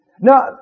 Now